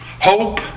Hope